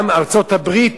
גם ארצות-הברית,